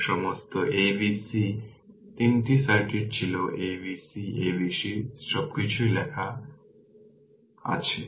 সুতরাং সমস্ত a b c 3 circuit ছিল a b c a b c সবকিছু এখানে লেখা আছে